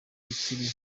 ikiri